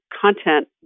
content